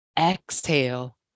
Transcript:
Exhale